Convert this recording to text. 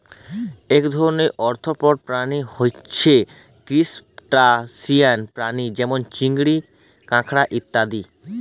এক ধরণের আর্থ্রপড প্রাণী হচ্যে ত্রুসটাসিয়ান প্রাণী যেমল চিংড়ি, কাঁকড়া ইত্যাদি